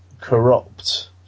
corrupt